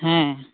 ᱦᱮᱸ